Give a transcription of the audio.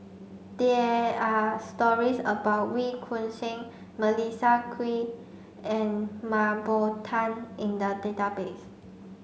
there are stories about Wee Choon Seng Melissa Kwee and Mah Bow Tan in the database